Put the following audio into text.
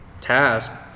task